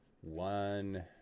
one